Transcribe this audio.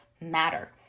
matter